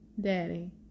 Daddy